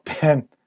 Ben